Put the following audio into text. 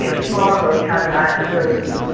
you know smaller boats have that ability.